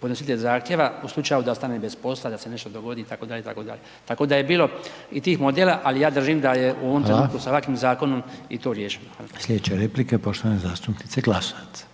podnositelj zahtjeva u slučaju da ostane bez posla, da se nešto dogodi itd., itd. Tako da je bilo i tih modela ali ja držim da je u ovom trenutku sa ovakvim zakonom i to riješeno. **Reiner, Željko (HDZ)** Hvala. Sljedeća replika je poštovana zastupnica Glasovac.